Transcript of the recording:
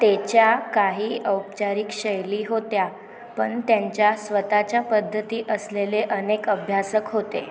त्याच्या काही औपचारिक शैली होत्या पण त्यांच्या स्वतःच्या पद्धती असलेले अनेक अभ्यासक होते